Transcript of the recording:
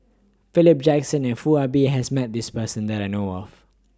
Philip Jackson and Foo Ah Bee has Met This Person that I know of